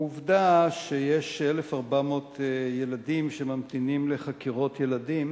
העובדה שיש 1,400 ילדים שממתינים לחקירות ילדים